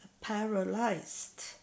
paralyzed